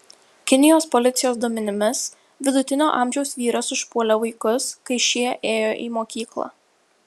kinijos policijos duomenimis vidutinio amžiaus vyras užpuolė vaikus kai šie ėjo į mokyklą